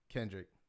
Kendrick